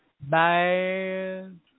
bad